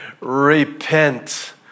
repent